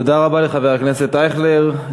תודה לחבר הכנסת אייכלר.